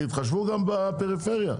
תתחשבו גם בפריפריה.